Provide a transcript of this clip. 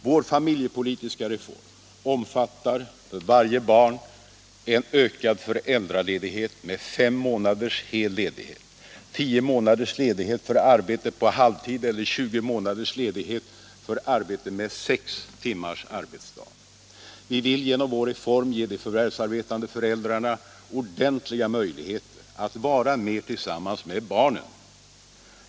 Vår familjepolitiska reform omfattar för varje barn en ökad föräldraledighet med fem månaders hel ledighet, tio månaders ledighet för arbete på halvtid eller 20 månaders ledighet för arbete med 6 timmars arbetsdag. Vi vill genom vår reform ge de förvärvsarbetande föräldrarna ordentliga möjligheter att vara mer tillsammans med barnen.